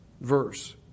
verse